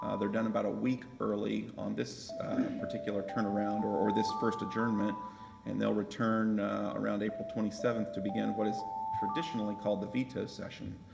ah they're done about a week early on this particular turn-around or or this first adjournment and they'll return around april twenty seventh to begin what is traditionally called the veto session.